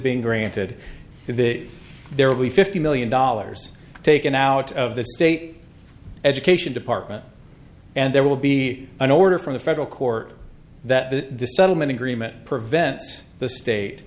being granted and that there will be fifty million dollars taken out of the state education department and there will be an order from the federal court that the settlement agreement prevents the state